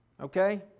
Okay